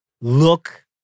look